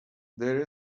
there